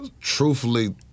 truthfully